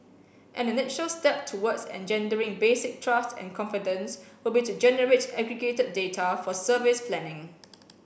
an initial step towards engendering basic trust and confidence would be to generate aggregated data for service planning